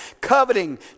coveting